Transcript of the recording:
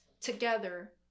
together